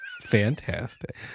fantastic